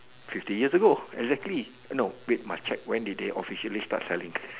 fifty years ago exactly no wait must check when did they officially start selling